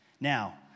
Now